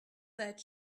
that